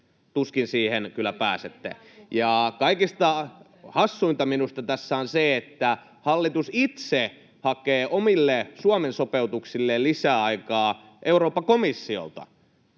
vastaan. Siihen kyllä tuskin pääsette. Kaikista hassuinta minusta tässä on se, että hallitus itse hakee omille Suomen sopeutuksilleen lisäaikaa Euroopan komissiolta